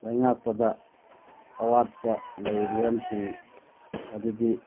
ꯂꯩꯉꯥꯛꯄꯗ ꯑꯋꯥꯠꯄ ꯑꯗꯨꯗꯤ